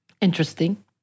interesting